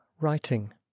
writing